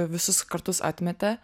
visus kartus atmetė